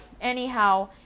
anyhow